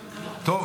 טוב,